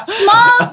small